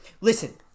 Listen